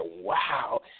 wow